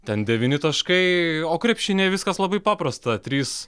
ten devyni taškai o krepšinyje viskas labai paprasta trys